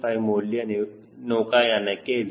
5 ಮೌಲ್ಯ ನೌಕಾಯಾನಕ್ಕೆ 0